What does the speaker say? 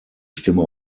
stimme